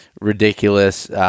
ridiculous